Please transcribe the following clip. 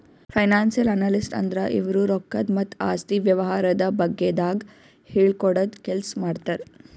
financial analyst ಅಂದ್ರ ಇವ್ರು ರೊಕ್ಕದ್ ಮತ್ತ್ ಆಸ್ತಿ ವ್ಯವಹಾರದ ಬಗ್ಗೆದಾಗ್ ಹೇಳ್ಕೊಡದ್ ಕೆಲ್ಸ್ ಮಾಡ್ತರ್